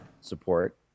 support